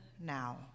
now